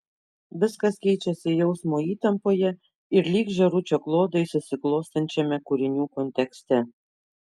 viskas keičiasi jausmo įtampoje ir lyg žėručio klodai susiklostančiame kūrinių kontekste